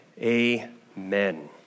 amen